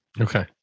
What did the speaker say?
okay